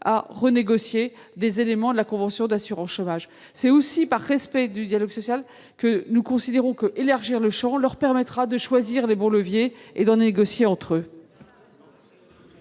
à renégocier des éléments de la convention d'assurance chômage. C'est aussi par respect du dialogue social que nous considérons que le fait d'élargir le champ leur permettra de choisir les bons leviers et d'en négocier entre eux.